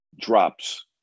drops